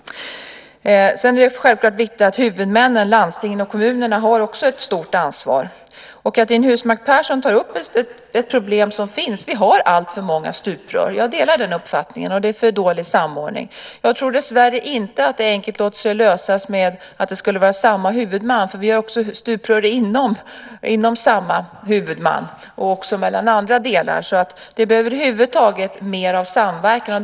Sedan är det självfallet viktigt att huvudmännen, landstingen och kommunerna, också har ett stort ansvar. Cristina Husmark Pehrsson tar upp ett problem som finns. Vi har alltför många stuprör. Jag delar den uppfattningen. Det är för dålig samordning. Jag tror dessvärre inte att det enkelt låter sig lösas med att det skulle vara samma huvudman, eftersom vi också har stuprör inom samma huvudman och också mellan andra delar. Det behövs över huvud taget mer av samverkan.